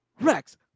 Rex